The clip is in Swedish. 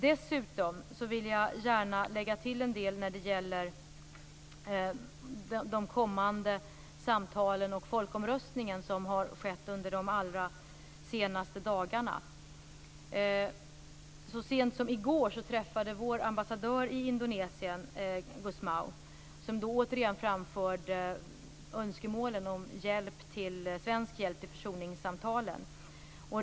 Dessutom vill jag gärna lägga till en del när det gäller de kommande samtalen och folkomröstningen som har skett under de allra senaste dagarna. Så sent som i går träffade vår ambassadör i Indonesien Gusmão, som då återigen framförde önskemålen om svensk hjälp till försoningssamtalen.